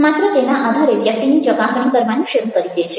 માત્ર તેના આધારે વ્યક્તિની ચકાસણી કરવાનું શરૂ કરી દે છે